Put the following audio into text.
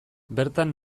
bertan